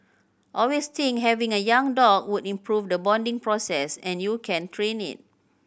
always think having a young dog would improve the bonding process and you can train it